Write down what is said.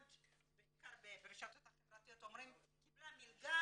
בעיקר ברשתות החברתיות אומרים "היא קיבלה מלגה,